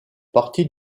partie